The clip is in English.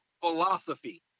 philosophy